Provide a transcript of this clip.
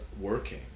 working